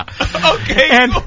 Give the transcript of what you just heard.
Okay